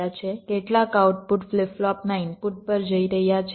કેટલાક output flip ફ્લોપના input પર જઈ રહ્યા છે